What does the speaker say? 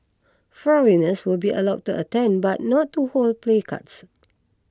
foreigners will be allowed to attend but not to hold placards